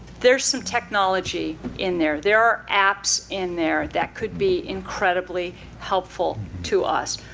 there's some technology in there. there are apps in there that could be incredibly helpful to us.